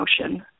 motion